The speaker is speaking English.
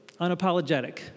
unapologetic